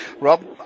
rob